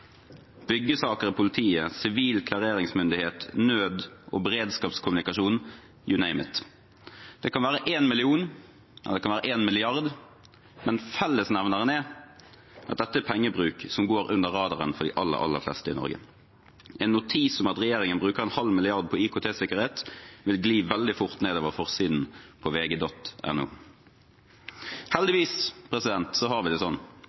byggesaker i politiet, sivil klareringsmyndighet, nød- og beredskapskommunikasjonen – you name it! Det kan være én million, og det kan være én milliard, men fellesnevneren er at dette er pengebruk som går under radaren for de aller, aller fleste i Norge. En notis om at regjeringen bruker en halv milliard på IKT-sikkerhet, vil gli veldig fort nedover forsiden på vg.no. Heldigvis har vi det